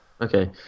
Okay